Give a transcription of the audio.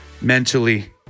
mentally